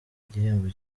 igihembo